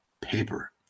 paper